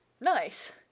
Nice